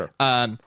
Sure